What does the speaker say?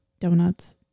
donuts